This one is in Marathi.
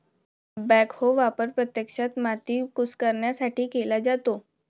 बॅकहो वापर प्रत्यक्षात माती कुस्करण्यासाठी केला जातो